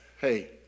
hey